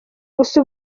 gusa